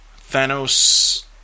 Thanos